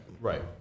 Right